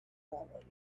quality